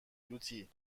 لوتی